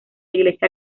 iglesia